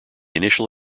initial